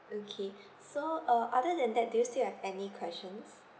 okay so uh other than that do you still have any questions